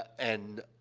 and,